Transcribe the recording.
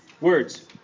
words